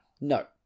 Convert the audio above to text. no